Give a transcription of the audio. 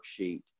worksheet